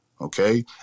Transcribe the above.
okay